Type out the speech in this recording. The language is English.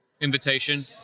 invitation